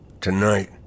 Tonight